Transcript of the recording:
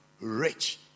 rich